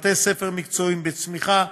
בתי הספר המקצועיים בצמיחה,